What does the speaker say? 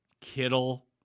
Kittle